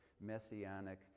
messianic